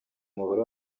umubare